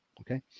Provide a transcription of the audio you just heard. okay